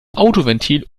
autoventil